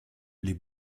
les